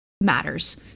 matters